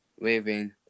living